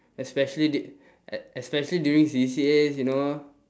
especially d~ e~ especially during C_C_As you know